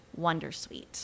wondersuite